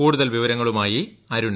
കൂടുതൽ വിവരങ്ങളുമായി അരുൺ